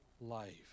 life